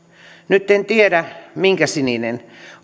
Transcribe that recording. en tiedä minkä sininen